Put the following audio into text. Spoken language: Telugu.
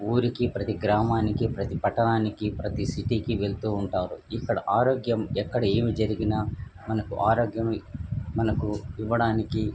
ఊరికి ప్రతి గ్రామానికి ప్రతి పట్టణానికి ప్రతి సిటీకి వెళ్తూ ఉంటారు ఇక్కడ ఆరోగ్యం ఎక్కడ ఏమి జరిగిన మనకు ఆరోగ్యమే మనకు ఇవ్వడానికి